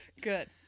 Good